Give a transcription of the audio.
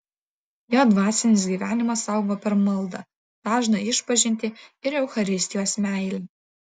jo dvasinis gyvenimas augo per maldą dažną išpažintį ir eucharistijos meilę